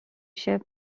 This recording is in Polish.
się